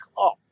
up